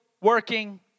working